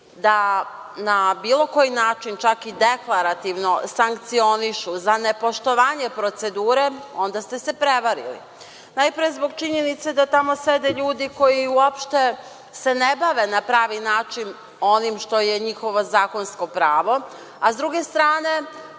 na bilo koji način, čak i deklarativno, da sankcionišu za nepoštovanje procedure, onda ste se prevarili. Najpre, zbog činjenice da tamo sede ljudi koji uopšte se ne bave na pravi način onim što je njihovo zakonsko pravo, a sa druge strane